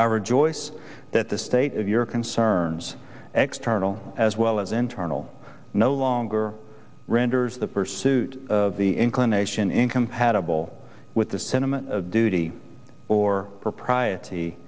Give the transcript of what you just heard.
i rejoice that the state of your concerns external as well as internal no longer renders the pursuit of the inclination incompatible with the sentiment of duty or propriet